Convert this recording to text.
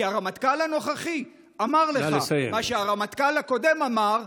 כי הרמטכ"ל הנוכחי אמר לך מה שהרמטכ"ל הקודם אמר,